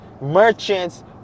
merchants